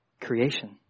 creation